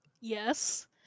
Yes